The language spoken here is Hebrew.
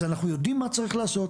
אז אנחנו יודעים מה צריך לעשות,